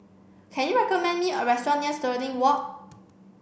can you recommend me a restaurant near Stirling Walk